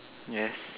yes